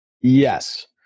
yes